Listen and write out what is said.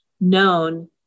known